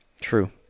true